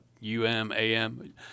U-M-A-M